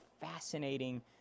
fascinating